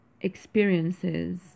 experiences